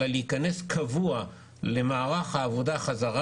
אלא להיכנס באופן קבוע בחזרה למערך העבודה,